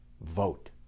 vote